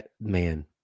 man